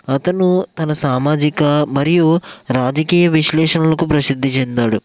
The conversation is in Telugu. అతను తన సామాజిక మరియు రాజకీయ విశ్లేషణలకు ప్రసిద్ధి చెందాడు